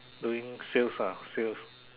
doing sales ah sales